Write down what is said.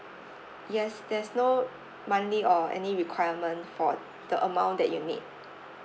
yes there's no monthly or any requirement for the amount that you need